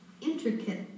intricate